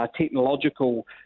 technological